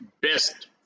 best